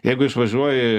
jeigu išvažiuoji